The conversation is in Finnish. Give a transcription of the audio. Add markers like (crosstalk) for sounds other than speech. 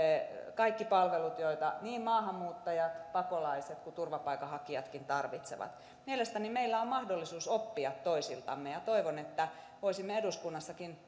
kaikki palvelut joita niin maahanmuuttajat pakolaiset kuin kuin turvapaikanhakijatkin tarvitsevat mielestäni meillä on mahdollisuus oppia toisiltamme ja toivon että voisimme eduskunnassakin (unintelligible)